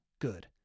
good